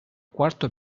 quarto